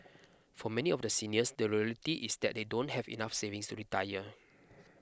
for many of the seniors the reality is that they don't have enough savings to retire